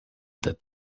that